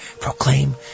proclaim